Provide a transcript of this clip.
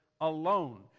alone